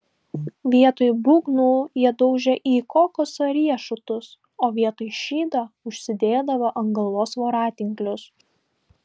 vietoj būgnų jie daužė į kokoso riešutus o vietoj šydo užsidėdavo ant galvos voratinklius